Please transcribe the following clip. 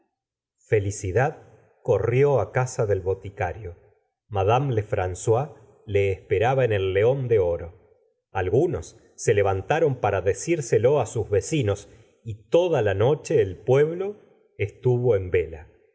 felicidad corrió á casa del boticario madame lefrancois le esperaba en el león de oro algunos se levantaron para decírselo á sus vecinos y toda la noche el pueblo estuvo en vela